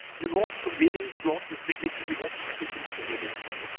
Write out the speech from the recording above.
you lost the meaning, you lost the dignity, you lost everything as a human being.